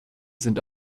sind